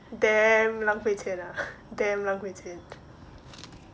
damn 浪费钱 ah damn 浪费钱